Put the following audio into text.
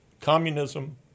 communism